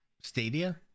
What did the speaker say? Stadia